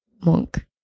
Monk